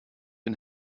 den